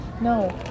No